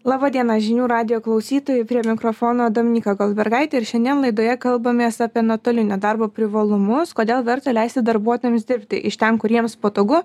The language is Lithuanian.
laba diena žinių radijo klausytojai prie mikrofono dominyka goldbergaitė ir šiandien laidoje kalbamės apie nuotolinio darbo privalumus kodėl verta leisti darbuotojams dirbti iš ten kur jiems patogu